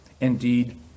indeed